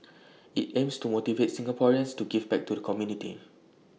IT aims to motivate Singaporeans to give back to the community